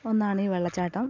ഒന്നാണീ വെള്ളച്ചാട്ടം